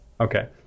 Okay